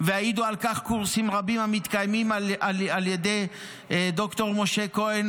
ויעידו על כך קורסים רבים המתקיימים על ידי ד"ר משה כהן,